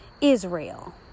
Israel